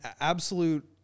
absolute